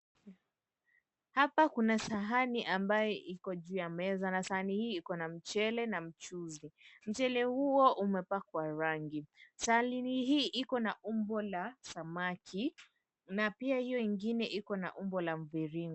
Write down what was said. Hapa kuna sahani ambayo iko juu ya meza na sahani hii ikona mchele na mchuzi. Mchele huo umepakwa rangi. Sahani hii ikona umbo la samaki na pia hio ingine ikona umbo la mviringo.